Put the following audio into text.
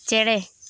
ᱪᱮᱬᱮ